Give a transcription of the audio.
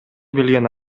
билген